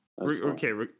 Okay